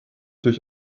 durch